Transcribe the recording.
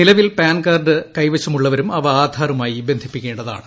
നിലവിൽ PAN card കൈവശമുള്ളവരും അവ ആധാറുമായി ബന്ധിപ്പിക്കേണ്ടതാണ്